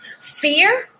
fear